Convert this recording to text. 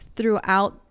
throughout